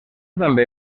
també